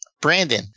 Brandon